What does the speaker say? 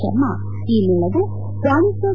ಶರ್ಮಾ ಈ ಮೇಳವು ವಾಣಿಜ್ಲ